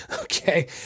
Okay